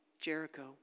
Jericho